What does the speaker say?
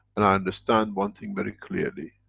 and i understand one thing very clearly.